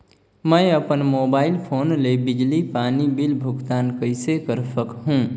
मैं अपन mobile phone ले बिजली पानी बिल भुगतान कइसे कर सकहुं?